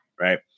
right